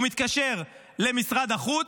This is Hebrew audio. הוא מתקשר למשרד החוץ,